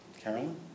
Carolyn